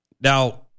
Now